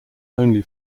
only